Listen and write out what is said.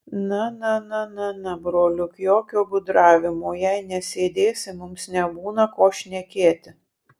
na na na na na broliuk jokio gudravimo jei nesėdėsi mums nebūna ko šnekėti